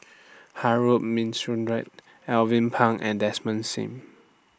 Harun Aminurrashid Alvin Pang and Desmond SIM